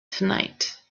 tonight